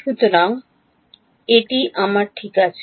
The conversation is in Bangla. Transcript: সুতরাং এটি আমার ঠিক আছে